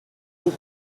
vous